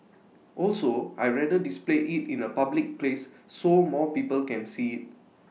also I'd rather display IT in A public place so more people can see IT